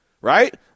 right